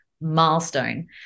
milestone